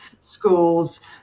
schools